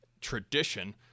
tradition